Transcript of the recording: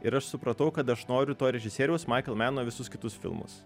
ir aš supratau kad aš noriu to režisieriaus maikel mano visus kitus filmus